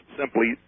simply